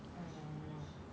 mm